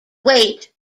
weight